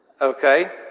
Okay